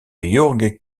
jorge